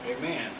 Amen